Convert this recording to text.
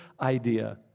idea